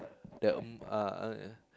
that ah